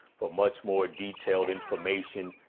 for much more detailed information,